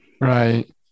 Right